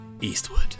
Eastwood